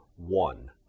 One